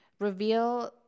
reveal